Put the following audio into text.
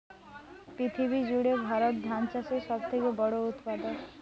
পৃথিবী জুড়ে ভারত ধান চাষের সব থেকে বড় উৎপাদক